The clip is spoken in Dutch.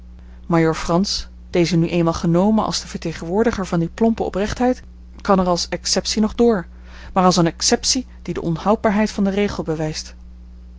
majoor frans dezen nu eenmaal genomen als den vertegenwoordiger van die plompe oprechtheid kan er als exceptie nog door maar als een exceptie die de onhoudbaarheid van den regel bewijst